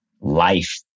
life